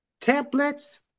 templates